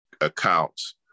accounts